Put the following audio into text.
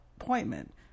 appointment